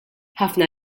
ħafna